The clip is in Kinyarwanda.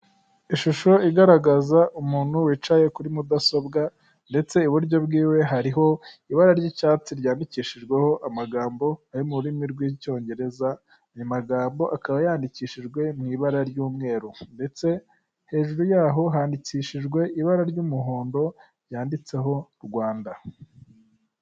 Ishusho igaragaza umuntu wicaye kuri mudasobwa ndetse iburyo bwiwe hariho ibara ry'icyatsi; ryandikishijweho amagambo ari mu rurimi rw'icyongereza; ayo magambo akaba yandikishijwe mu ibara ry'umweru; ndetse hejuru yaho handikishijwe ibara ry'umuhondo ryanditseho rwanda.